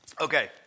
Okay